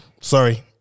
Sorry